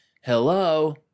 Hello